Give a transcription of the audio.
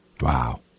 Wow